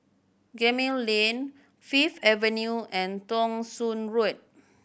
Gemmill Lane Fifth Avenue and Thong Soon Road